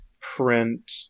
print